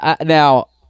Now